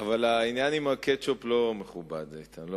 העניין עם הקטשופ, לא מכובד, איתן.